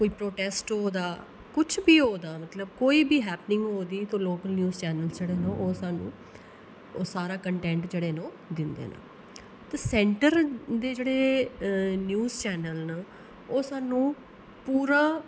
कोई प्रोटैस्ट होआ दा कुछ बी होआ दा मतलब कोई बी हैपनिंग होआ दी ते लोकल न्यूज चैनल्स जेह्ड़े न ओह् सानूं ओह् सारा कंटैंट जेह्ड़े न ओह् दिंदे न ते सैंटर दे जेह्ड़े न्यूज चैनल्स न ओह् सानूं पूरा